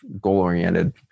goal-oriented